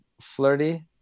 flirty